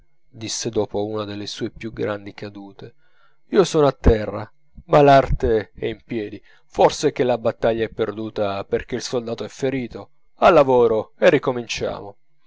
disse dopo una delle sue più grandi cadute io sono a terra ma l'arte è in piedi forse che la battaglia è perduta perchè il soldato è ferito al lavoro e ricominciamo